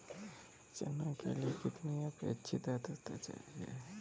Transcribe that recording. चना के लिए कितनी आपेक्षिक आद्रता चाहिए?